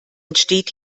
entsteht